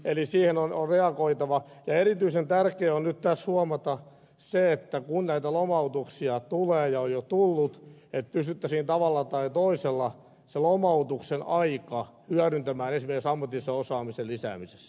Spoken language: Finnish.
eli siihen on reagoitava ja erityisen tärkeää on nyt tässä huomata se että kun näitä lomautuksia tulee ja on jo tullut pystyttäisiin tavalla tai toisella se lomautuksen aika hyödyntämään esimerkiksi ammatissa osaamisen lisäämisessä